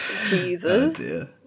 Jesus